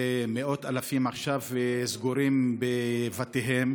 ומאות אלפים עכשיו סגורים בבתיהם.